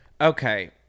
Okay